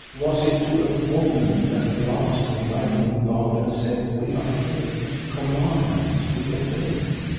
was it to a woman that blast and lightning bowed and said, we are here command us, we obey'?